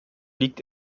liegt